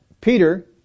Peter